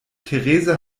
theresa